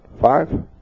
Five